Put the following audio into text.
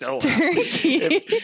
turkey